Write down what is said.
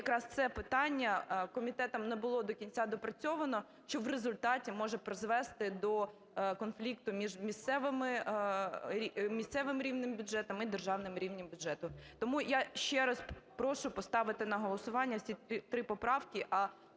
якраз це питання комітетом не було до кінця допрацьовано, що в результаті може призвести до конфлікту між місцевими рівнем бюджету і державним рівнем бюджету. Тому я ще раз прошу поставити на голосування всі ці три поправки.